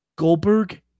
Goldberg